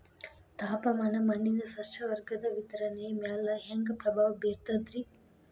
ತಾಪಮಾನ ಮಣ್ಣಿನ ಸಸ್ಯವರ್ಗದ ವಿತರಣೆಯ ಮ್ಯಾಲ ಹ್ಯಾಂಗ ಪ್ರಭಾವ ಬೇರ್ತದ್ರಿ?